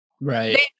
right